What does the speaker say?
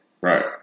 Right